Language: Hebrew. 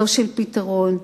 של פתרון.